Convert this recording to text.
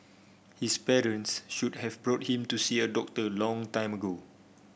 his parents should have brought him to see a doctor a long time ago